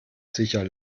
sicher